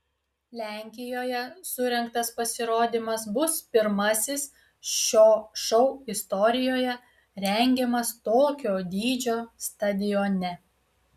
lenkijoje surengtas pasirodymas bus pirmasis šio šou istorijoje rengiamas tokio dydžio stadione